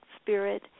spirit